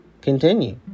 Continue